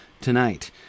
Tonight